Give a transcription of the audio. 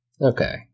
Okay